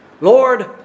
Lord